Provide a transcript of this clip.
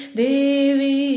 devi